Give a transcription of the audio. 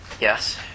Yes